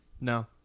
no